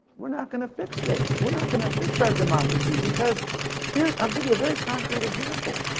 we're not gonna fix this. we're not gonna fix our democracy because here, i'll give you a very concrete example.